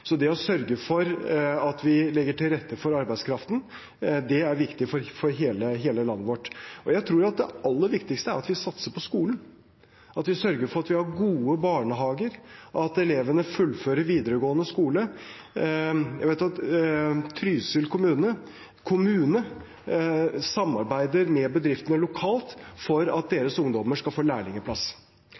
så det å sørge for at vi legger til rette for arbeidskraften, er viktig for hele landet vårt. Jeg tror det aller viktigste er at vi satser på skolen, at vi sørger for at vi har gode barnehager, at elevene fullfører videregående skole. Jeg vet at Trysil kommune samarbeider med bedriftene lokalt for at deres ungdommer skal få lærlingeplass.